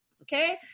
Okay